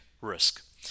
risk